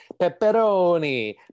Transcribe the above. pepperoni